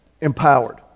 empowered